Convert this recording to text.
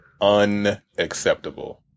unacceptable